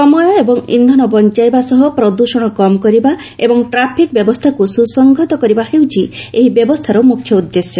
ସମୟ ଏବଂ ଇନ୍ଧନ ବଞ୍ଚାଇବା ସହ ପ୍ରଦ୍ଷଣ କମ୍ କରିବା ଏବଂ ଟ୍ରାଫିକ୍ ବ୍ୟବସ୍ଥାକୁ ସୁସଂହତ କରିବା ହେଉଛି ଏହି ବ୍ୟବସ୍ଥାର ମୁଖ୍ୟ ଉଦ୍ଦେଶ୍ୟ